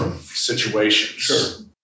situations